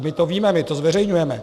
My to víme, my to zveřejňujeme.